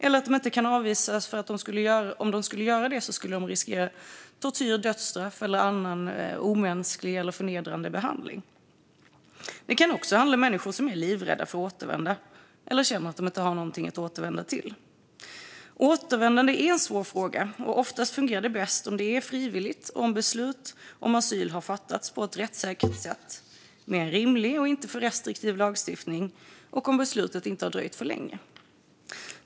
Det kan också handla om att de inte kan avvisas därför att de skulle riskera tortyr, dödsstraff eller annan omänsklig eller förnedrande behandling. Det kan även handla om människor som är livrädda för att återvända eller känner att de inte har någonting att återvända till. Återvändande är en svår fråga, och oftast fungerar det bäst om det är frivilligt, om beslut om asyl har fattats på ett rättssäkert sätt med en rimlig och inte för restriktiv lagstiftning samt om beslutet inte har dröjt för länge.